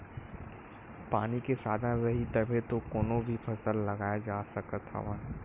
पानी के साधन रइही तभे तो कोनो भी फसल लगाए जा सकत हवन